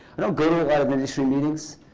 i don't go to a lot of industry meetings.